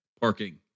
parking